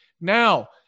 Now